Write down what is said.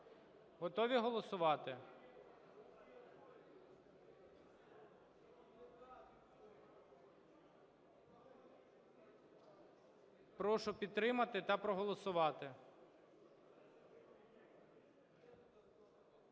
Готові голосувати? Прошу підтримати та проголосувати.